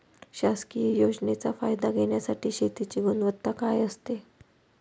शासकीय योजनेचा फायदा घेण्यासाठी शेतीची गुणवत्ता काय असते?